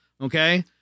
Okay